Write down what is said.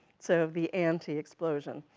so of the anti-explosion.